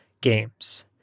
games